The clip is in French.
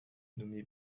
nommé